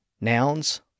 Nouns